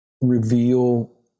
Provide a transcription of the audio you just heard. reveal